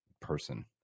person